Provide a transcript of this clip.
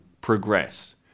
progress